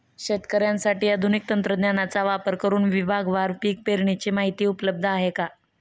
शेतकऱ्यांसाठी आधुनिक तंत्रज्ञानाचा वापर करुन विभागवार पीक पेरणीची माहिती उपलब्ध आहे का?